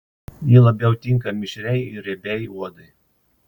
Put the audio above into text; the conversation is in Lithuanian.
ji labiau tinka mišriai ir riebiai odai